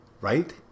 Right